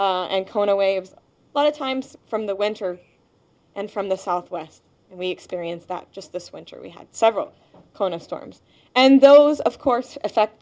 and kona waves a lot of times from the winter and from the southwest we experience that just this winter we had several cone of storms and those of course affect